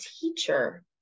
teacher